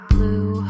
Blue